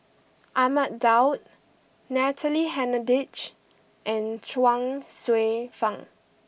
Ahmad Daud Natalie Hennedige and Chuang Hsueh Fang